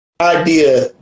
idea